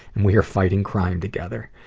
and we are fighting crime together.